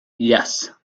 yes